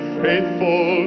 faithful